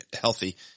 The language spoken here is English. healthy